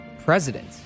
president